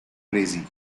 crazy